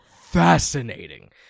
fascinating